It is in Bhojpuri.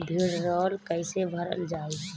भीडरौल कैसे भरल जाइ?